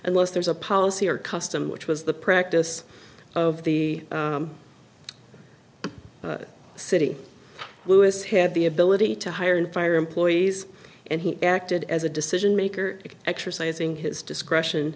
unless there's a policy or custom which was the practice of the city lewis had the ability to hire and fire employees and he acted as a decision maker exercising his discretion